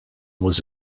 was